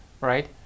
right